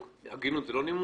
הגינות זה לא נימוק?